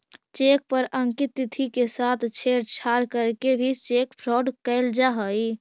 cheque पर अंकित तिथि के साथ छेड़छाड़ करके भी चेक फ्रॉड कैल जा हइ